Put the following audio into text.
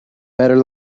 better